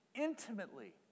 intimately